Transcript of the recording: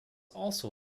also